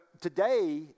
today